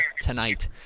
tonight